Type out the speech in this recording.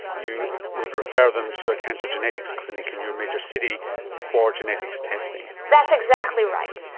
you would refer them to a cancer genetics clinic in your major city for genetics testing. that's exactly right.